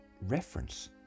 reference